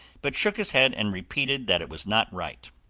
but shook his head and repeated that it was not right.